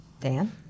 Dan